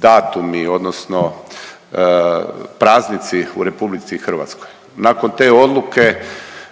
datumi odnosno praznici u RH. Nakon te odluke